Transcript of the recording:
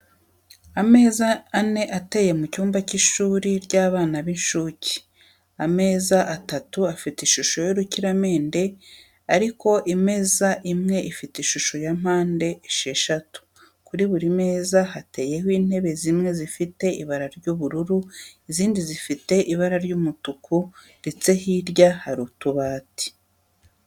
Ameza ane ateye mu cyumba cy'ishuri ry'abana b'incuke, ameza atatu afite ishusho y'urukiramende ariko imeza imwe ifite ishusho ya mpande esheshatu. Kuri buri meza hateyeho intebe zimwe zifite ibara ry'ubururu izindi zifite ibara ry'umutuku ndetse hirya hari utubati.